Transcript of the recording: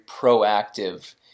proactive